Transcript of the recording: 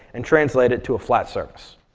and translate it to a flat surface?